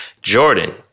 Jordan